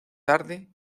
tarde